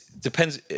depends